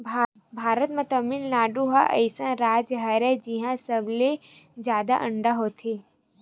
भारत म तमिलनाडु ह अइसन राज हरय जिंहा सबले जादा अंडा होथे